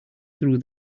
through